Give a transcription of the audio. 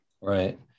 Right